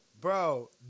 Bro